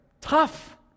tough